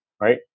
right